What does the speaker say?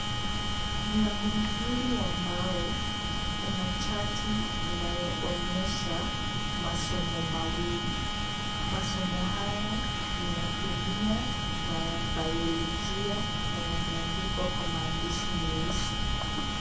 Mlango mzuri qa mbao una chati inayoonyesha masomo mawili, masomo haya ni ya kemia na ya bayolojia na yameandikwa kwa maandishi meusi.